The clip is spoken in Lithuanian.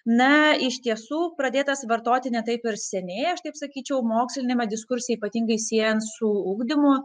na iš tiesų pradėtas vartoti ne taip ir seniai aš taip sakyčiau moksliniame diskurse ypatingai siejant su ugdymu